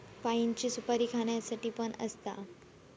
पाइनची सुपारी खाण्यासाठी पण असता